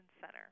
Center